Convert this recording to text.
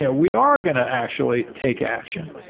yeah we are going to actually take action.